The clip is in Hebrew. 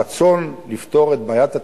הרצון לפתור את בעיית התכנון,